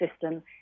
system